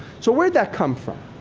so, where did that come from?